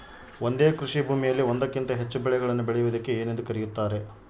ಒಂದೇ ಕೃಷಿಭೂಮಿಯಲ್ಲಿ ಒಂದಕ್ಕಿಂತ ಹೆಚ್ಚು ಬೆಳೆಗಳನ್ನು ಬೆಳೆಯುವುದಕ್ಕೆ ಏನೆಂದು ಕರೆಯುತ್ತಾರೆ?